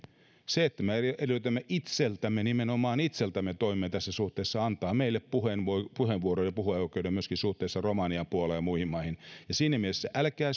se että me edellytämme itseltämme nimenomaan itseltämme toimia tässä suhteessa antaa meille myöskin puheenvuoron ja puheoikeuden suhteessa romaniaan puolaan ja muihin maihin siinä mielessä älkää